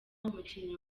umukinnyi